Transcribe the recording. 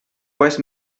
pues